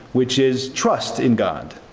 which is trust in god.